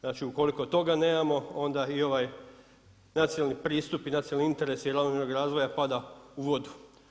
Znači, ukoliko toga nemamo onda i ovaj nacionalni pristup i nacionalni interes ravnomjernog razvoja pada u vodu.